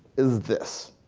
is this.